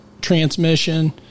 transmission